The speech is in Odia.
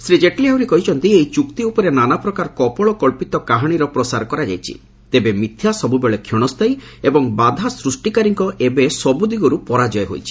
ଶ୍ରୀ ଜେଟଲୀ ଆହୁରି କହିଛନ୍ତି ଏହି ଚୁକ୍ତି ଉପରେ ନାନା ପ୍ରକାର କପୋଳକ୍ଷିତ କାହାଣୀର ପ୍ରସାର କରାଯାଇଛି ତେବେ ମିଥ୍ୟା ସବୁବେଳେ କ୍ଷଣସ୍ଥାୟୀ ଏବଂ ବାଧା ସୃଷ୍ଟିକାରୀଙ୍କର ଏବେ ସବୁ ଦିଗର୍ ପରାଜୟ ହୋଇଛି